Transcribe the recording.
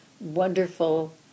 wonderful